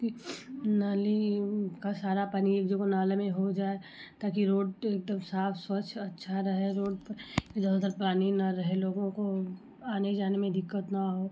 कि नाली का सारा पानी एक जगह नाले में हो जाए ताकि रोड एकदम साफ स्वच्छ और अच्छा रहे रोड पर इधर उधर पानी न रहे लोगों को आने जाने में दिक्कत न हो